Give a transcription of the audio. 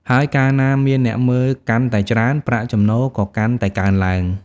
ហើយកាលណាមានអ្នកមើលកាន់តែច្រើន ប្រាក់ចំណូលក៏កាន់តែកើនឡើង។